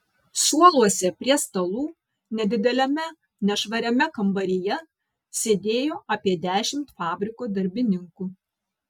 suoluose prie stalų nedideliame nešvariame kambaryje sėdėjo apie dešimt fabriko darbininkų